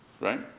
right